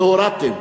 והורדתם.